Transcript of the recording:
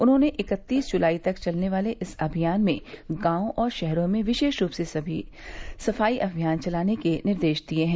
उन्होंने इक्कतीस जुलाई तक चलने वाले इस अभियान में गॉव और शहरों में विशेष रूप से सफाई अभियान चलाने के लिए निर्देश दिये हैं